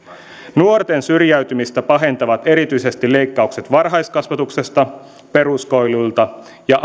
nuorten syrjäytymistä pahentavat erityisesti leikkaukset varhaiskasvatuksesta peruskouluilta ja